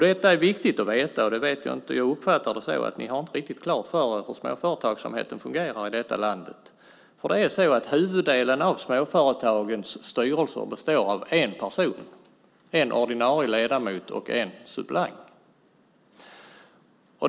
Detta är viktigt att veta, och jag uppfattar att ni inte riktigt har klart för er hur småföretagsamheten fungerar i detta land. Huvuddelen av småföretagens styrelser består nämligen en person - en ordinarie ledamot och en suppleant.